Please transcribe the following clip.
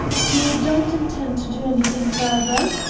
you don't intend to do anything further?